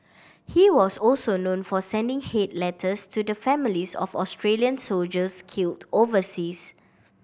he was also known for sending hate letters to the families of Australian soldiers killed overseas